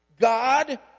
God